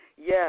Yes